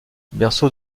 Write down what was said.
berceau